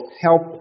help